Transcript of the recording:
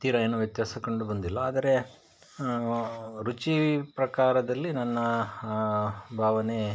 ತೀರ ಏನೂ ವ್ಯತಾಸ ಕಂಡು ಬಂದಿಲ್ಲ ಆದರೆ ರುಚಿ ಪ್ರಕಾರದಲ್ಲಿ ನನ್ನ ಭಾವನೆ